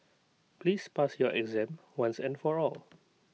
please pass your exam once and for all